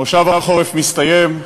מושב החורף מסתיים,